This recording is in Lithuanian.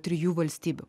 trijų valstybių